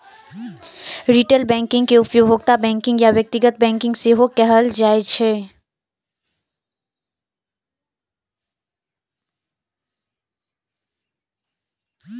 retail banking कें उपभोक्ता banking या व्यक्तिगत बैंकिंग सेहो कहल जाइ छै